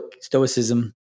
stoicism